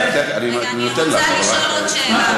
רגע, אני אתן לך, עוד רגע.